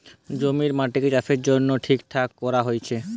জমির মাটিকে চাষের জন্যে ঠিকঠাক কোরা হচ্ছে